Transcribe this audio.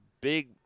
big